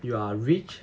you are rich